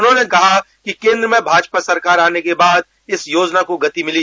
उन्होंने कहा कि केन्द्र में भाजपा सरकार आने के बाद इस योजना को गति मिली